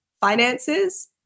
finances